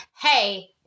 hey